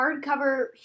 hardcover